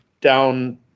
down